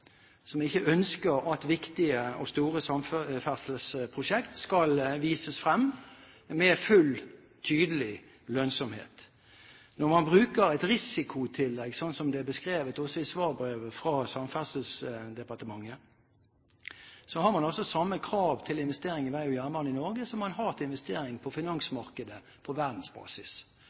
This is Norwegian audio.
som ikke ønsker at viktige og store samferdselsprosjekt skal vises frem med full, tydelig lønnsomhet. Når man bruker et risikotillegg, slik som det er beskrevet også i svarbrevet fra Samferdselsdepartementet, har man samme krav til investeringer i vei og jernbane i Norge som man har til investeringer i finansmarkedet på verdensbasis.